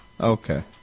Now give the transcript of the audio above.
Okay